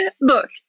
Look